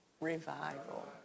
Revival